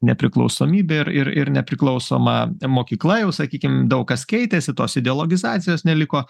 nepriklausomybė ir ir ir nepriklausoma mokykla jau sakykim daug kas keitėsi tos ideologizacijos neliko